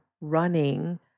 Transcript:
running